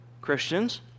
Christians